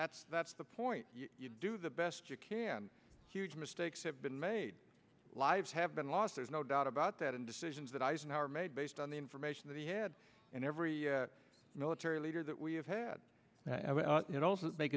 's that's the point you do the best you can huge mistakes have been made lives have been lost there's no doubt about that and decisions that eisenhower made based on the information that he had and every military leader that we have had it also make